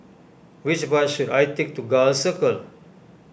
which bus should I take to Gul Circle